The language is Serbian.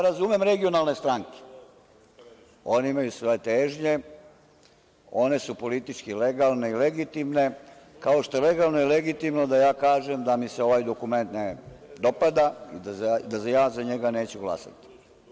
Razumem regionalne stranke, one imaju svoje težnje, one su političke legalne i legitimne, kao što je legalno i legitimno da ja kažem da mi se ovaj dokument ne dopada i da ja za njega neću glasati.